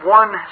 one